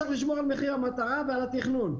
צריך לשמור על מחיר המטרה ועל התכנון.